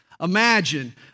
Imagine